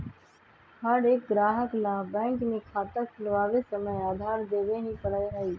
हर एक ग्राहक ला बैंक में खाता खुलवावे समय आधार देवे ही पड़ा हई